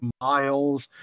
Miles